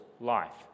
life